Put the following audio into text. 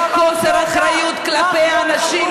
זה חוסר אחריות כלפי, למה את לא עונה?